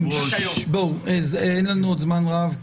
בואו, אין לנו עוד זמן רב.